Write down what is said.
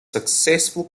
successful